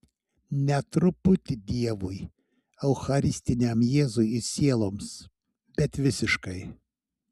ne truputį dievui eucharistiniam jėzui ir sieloms bet visiškai